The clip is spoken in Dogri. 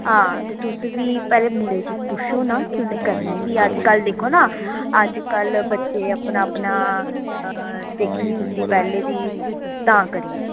हां ते तुस बी पैह्ले मुड़े गी पुच्छो ना उने करनी बी ऐ अज्जकल दिक्खो ना अज्जकल बच्चे अपना अपना दिक्खी दी होंदी पैह्लें दी तां करियै